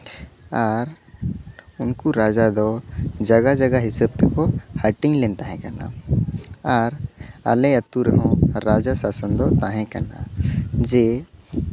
ᱟᱨ ᱩᱱᱠᱩ ᱨᱟᱡᱟ ᱫᱚ ᱡᱟᱭᱜᱟ ᱡᱟᱭᱜᱟ ᱦᱤᱥᱟᱹᱵ ᱛᱮᱠᱚ ᱦᱟᱹᱴᱤᱧ ᱞᱮᱱ ᱛᱟᱦᱮᱸ ᱠᱟᱱᱟ ᱟᱨ ᱟᱮ ᱟᱛᱳ ᱨᱮᱦᱚᱸ ᱨᱟᱡᱟ ᱥᱟᱥᱚᱱ ᱫᱚ ᱛᱟᱦᱮᱸ ᱠᱟᱱᱟ ᱡᱮ